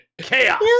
Chaos